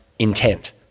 intent